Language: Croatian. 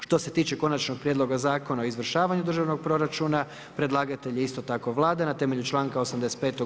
Što se tiče Konačnog prijedloga Zakona o izvršavanju državnog proračuna, predlagatelj je isto tako Vlada na temelju članaka 85.